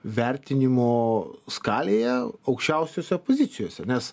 vertinimo skalėje aukščiausiose pozicijose nes